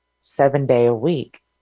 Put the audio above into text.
seven-day-a-week